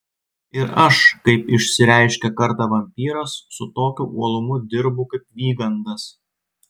ir aš kaip išsireiškė kartą vampyras su tokiu uolumu dirbu kaip vygandas